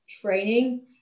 training